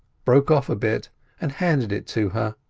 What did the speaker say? broke off a bit and handed it to her.